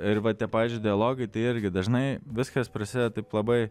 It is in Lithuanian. ir vat tie pavyzdžiui dialogai tai irgi dažnai viskas prasideda taip labai